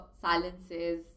silences